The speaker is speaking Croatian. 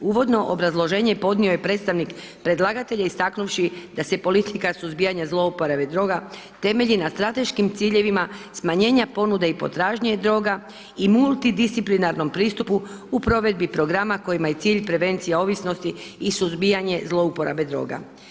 Uvodno obrazloženje podnio je predstavnik predlagatelja istaknuvši da se politika suzbijanja zlouporabe droga temelji na strateškim ciljevima smanjenja ponude i potražnje droga i multidisciplinarnom pristupu u provedi programa kojima je cilj prevencija ovisnosti i suzbijanja zlouporabe droga.